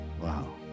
Wow